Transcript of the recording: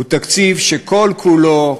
הוא תקציב שכל-כולו,